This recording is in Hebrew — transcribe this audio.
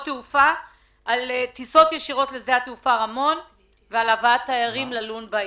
תעופה על טיסות ישירות לשדה התעופה רמון ועל הבאת תיירים ללון בעיר.